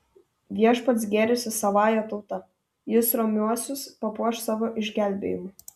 viešpats gėrisi savąja tauta jis romiuosius papuoš savo išgelbėjimu